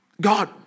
God